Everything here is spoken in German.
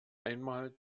einmal